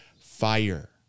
fire